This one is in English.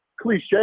cliche